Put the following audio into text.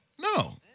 No